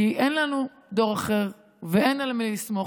כי אין לנו דור אחר ואין על מי לסמוך,